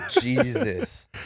Jesus